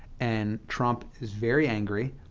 and trump is very angry,